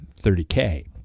30k